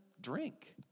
Drink